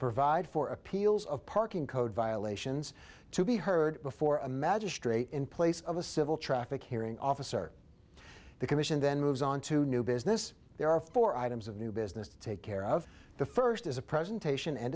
provide for appeals of parking code violations to be heard before a magistrate in place of a civil traffic hearing officer the commission then moves on to new business there are four items of new business to take care of the first is a presentation and